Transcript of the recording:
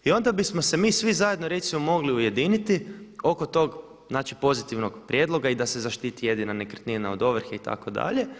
I onda bismo se mi svi zajedno recimo mogli ujediniti oko tog, znači pozitivnog prijedloga i da se zaštiti jedina nekretnina od ovrhe itd.